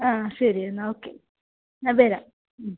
ആ ശരി എന്നാൽ ഓക്കെ ഞാൻ വരാം